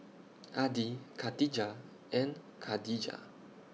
Adi Katijah and Khadija